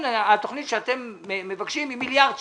התוכנית שאתם מבקשים היא מיליארד שקל,